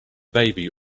baby